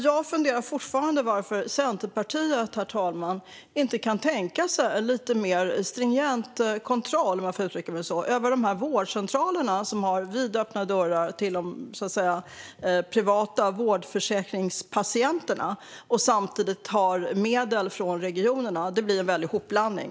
Jag funderar fortfarande på varför Centerpartiet, herr talman, inte kan tänka sig en lite mer stringent kontroll, om jag får uttrycka mig så, av de vårdcentraler som har vidöppna dörrar för de privata vårdförsäkringspatienterna och samtidigt har medel från regionerna. Det blir en väldig hopblandning.